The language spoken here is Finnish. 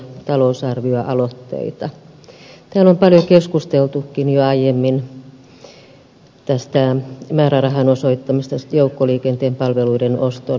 täällä on paljon keskusteltukin jo aiemmin tästä määrärahan osoittamisesta joukkoliikenteen palveluiden ostoon ja kehittämiseen